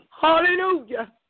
Hallelujah